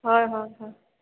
হয় হয় হয়